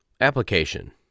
Application